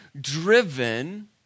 driven